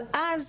אבל אז,